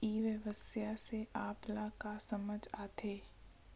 ई व्यवसाय से आप ल का समझ आथे?